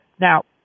Now